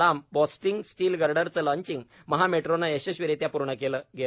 लांब bowstring steel गर्डरचे launching Maha मेट्रोने यशस्वीरित्या पूर्ण केल्या गेले